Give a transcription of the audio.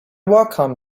wacom